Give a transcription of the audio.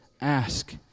ask